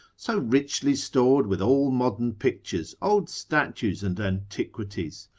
so richly stored with all modern pictures, old statues and antiquities?